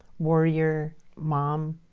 warrior mom,